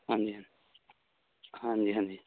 ਹਾਂਜੀ ਹਾਂਜੀ ਹਾਂਜੀ